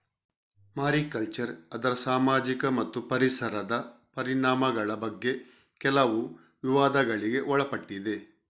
mariculture ಅದರ ಸಾಮಾಜಿಕ ಮತ್ತು ಪರಿಸರದ ಪರಿಣಾಮಗಳ ಬಗ್ಗೆ ಕೆಲವು ವಿವಾದಗಳಿಗೆ ಒಳಪಟ್ಟಿದೆ